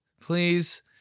please